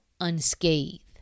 unscathed